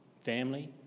Family